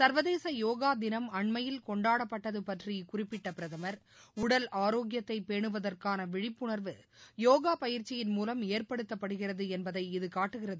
சர்வதேச யோகா தினம் அண்மையில் கொண்டாடப்பட்டது பற்றி குறிப்பிட்ட பிரதமர் உடல் ஆரோக்கியத்தை பேனுவதற்கான விழிப்புனர்வு யோகா பயிற்சியின் மூலம் ஏற்படுத்தப்படுகிறது என்பதை இது காட்டுகிறது என்றார்